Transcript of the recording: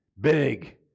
big